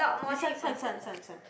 this one this one this one this one